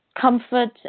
comfort